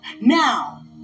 Now